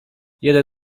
jeden